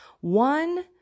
One